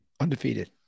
Undefeated